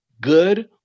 good